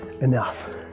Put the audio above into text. Enough